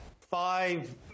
five